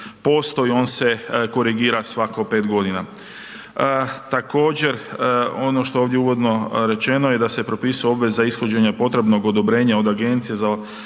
4,03% i on se korigira svako 5 godina. Također, ono što ovdje uvodno rečeno je da se propisuje obveza ishođenja potrebnog odobrenja od agencije za